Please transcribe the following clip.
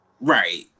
right